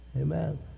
Amen